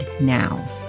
now